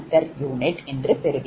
4247 pu என்று பெறுவீர்கள்